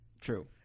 True